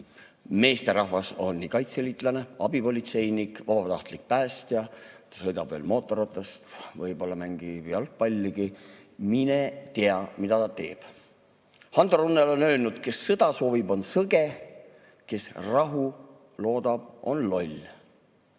meesterahvas, on kaitseliitlane, abipolitseinik, vabatahtlik päästja, ta sõidab veel mootorrattaga ja võib-olla mängib jalgpalligi. Mine tea, mida ta teeb. Hando Runnel on öelnud: "Kes sõda soovib, on sõge. Kes rahu loodab, on loll."